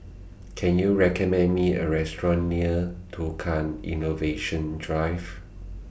Can YOU recommend Me A Restaurant near Tukang Innovation Drive